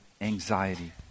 anxiety